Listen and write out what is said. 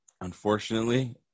Unfortunately